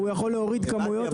הוא יכול להוריד כמויות,